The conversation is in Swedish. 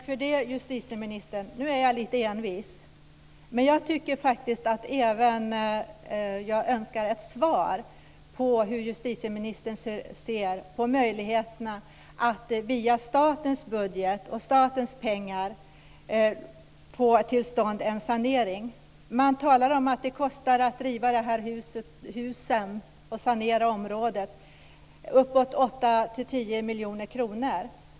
Herr talman! Nu är jag lite envis! Jag önskar ett svar på hur justitieministern ser på möjligheterna att via statens budget få till stånd en sanering. Det talas om att det kostar 8-10 miljoner kronor att riva husen och sanera området.